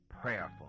prayerful